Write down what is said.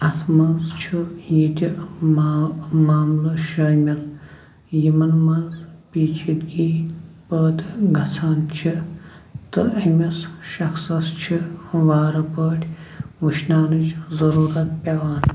اَتھ منٛز چھُ ییٚتہِ ما معاملہٕ شٲمِل یِمَن منٛز پیچیدگی پٲدٕ گَژھان چھِ تہٕ أمِس شخصَس چھِ وارٕ پٲٹھۍ وُچھناونٕچ ضروٗرت پٮ۪وان